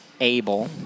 able